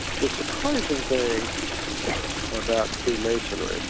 the surprising thing about free masonry,